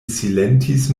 silentis